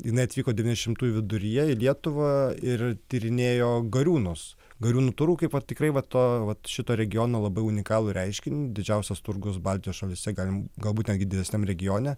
jinai atvyko devyniasdešimtųjų viduryje į lietuvą ir tyrinėjo gariūnus gariūnų turgų kaip tikrai va to vat šito regiono labai unikalų reiškinį didžiausias turgus baltijos šalyse galim galbūt netgi didesniam regione